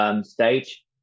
stage